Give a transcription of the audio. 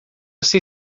você